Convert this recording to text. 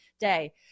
day